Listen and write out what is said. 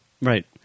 Right